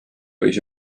võis